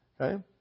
Okay